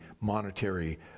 monetary